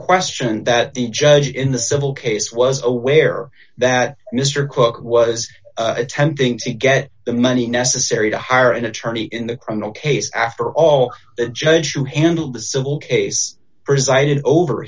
question that the judge in the civil case was aware that mr cook was attempting to get the money necessary to hire an attorney in the criminal case after all the judge who handled the civil case presided o